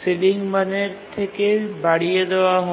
ceiling মানের থেকে বাড়িয়ে দেওয়া হয়